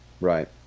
Right